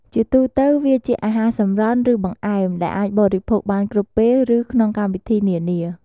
ជាទូទៅ វាជាអាហារសម្រន់ ឬបង្អែម ដែលអាចបរិភោគបានគ្រប់ពេល ឬក្នុងកម្មវិធីនានា។